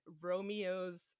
Romeo's